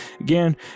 again